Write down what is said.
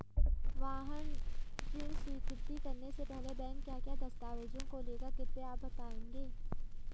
वाहन ऋण स्वीकृति करने से पहले बैंक क्या क्या दस्तावेज़ों को लेगा कृपया आप बताएँगे?